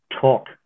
talk